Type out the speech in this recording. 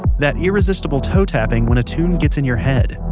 that irresistible toe tapping when a tune gets in your head.